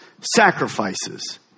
sacrifices